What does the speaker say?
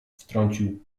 wtrącił